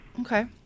Okay